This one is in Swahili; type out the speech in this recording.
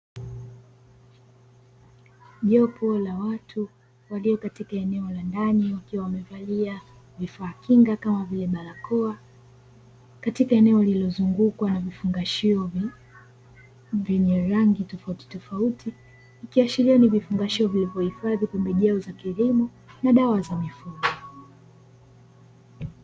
Jopo la watu waliokatika eneo la ndani wakiwa wamevalia vifaa kinga kama vile barakoa, katika eneo lililozungukwa na vifungashio vyenye rangi tofauti tofauti, ikiashiria ni vifungashio vilivyohifadhi pembejeo za kilimo na dawa za mifugo.